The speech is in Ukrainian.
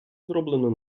зроблено